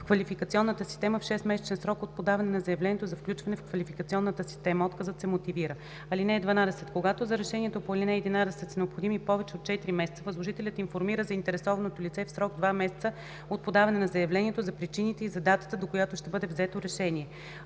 в квалификационна система в 6-месечен срок от подаване на заявлението за включване в квалификационната система. Отказът се мотивира. (12) Когато за решението по ал. 11 са необходими повече от 4 месеца, възложителят информира заинтересованото лице в срок два месеца от подаване на заявлението за причините и за датата, до която ще бъде взето решение.